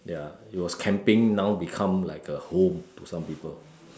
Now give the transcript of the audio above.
ya it was camping now become like a home to some people